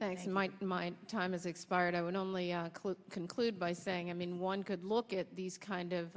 thank you might my time is expired i would only conclude by saying i mean one could look at these kind of